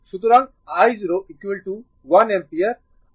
সুতরাং i0 1 ampere আর i ∞ 3 ampere